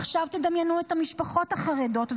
עכשיו תדמיינו את המשפחות החרדות,